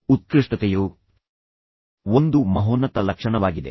ಉತ್ಕೃಷ್ಟತೆಯು ಒಂದು ಮಹೋನ್ನತ ಲಕ್ಷಣವಾಗಿದೆ